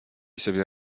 sobie